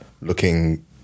looking